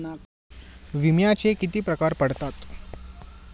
विम्याचे किती प्रकार पडतात?